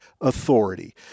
authority